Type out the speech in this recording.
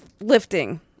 lifting